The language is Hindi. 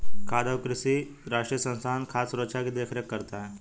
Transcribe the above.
खाद्य और कृषि राष्ट्रीय संस्थान खाद्य सुरक्षा की देख रेख करता है